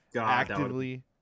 actively